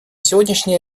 сегодняшние